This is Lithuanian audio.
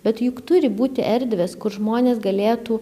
bet juk turi būti erdvės kur žmonės galėtų